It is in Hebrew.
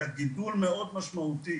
היה גידול מאוד משמעותי